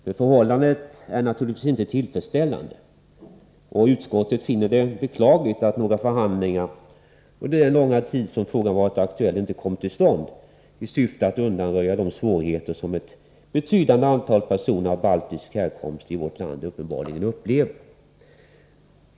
Men förhållandet är naturligtvis inte tillfredsställande. Utskottet finner det beklagligt att några förhandlingar, under den långa tid som frågan varit aktuell, inte kommit till stånd i syfte att undanröja de svårigheter som ett betydande antal personer av baltisk härkomst i vårt land uppenbarligen upplever.